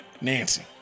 Nancy